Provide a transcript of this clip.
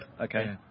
Okay